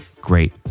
great